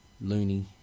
loony